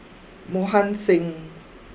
Mohan Singh